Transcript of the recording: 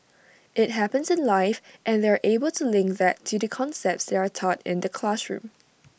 IT happens in life and they're able to link that to the concepts that are taught in the classroom